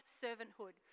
servanthood